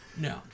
no